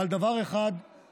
אבל על דבר אחד הקפדנו,